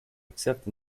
except